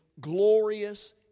glorious